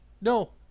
No